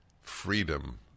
Freedom